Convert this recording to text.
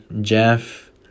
Jeff